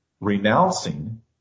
renouncing